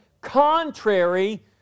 contrary